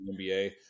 NBA